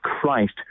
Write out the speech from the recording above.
Christ